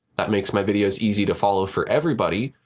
that makes my videos easy to follow for everybody.